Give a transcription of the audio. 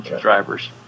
drivers